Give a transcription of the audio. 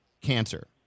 cancer